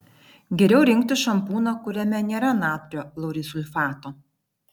geriau rinktis šampūną kuriame nėra natrio laurilsulfato